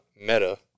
Meta